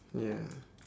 ya